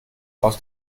aus